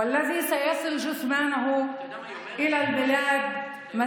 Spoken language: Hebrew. אשר גופתו תגיע ארצה היום בערב, )